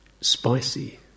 spicy